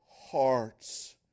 hearts